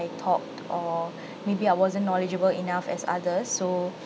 I talked or maybe I wasn't knowledgeable enough as others so